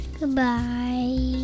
Goodbye